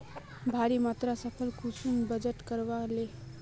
भारी मात्रा फसल कुंसम वजन करवार लगे?